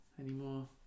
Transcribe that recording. anymore